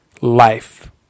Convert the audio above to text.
life